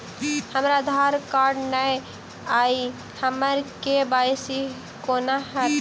हमरा आधार कार्ड नै अई हम्मर के.वाई.सी कोना हैत?